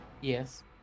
Yes